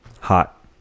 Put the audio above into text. Hot